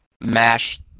mash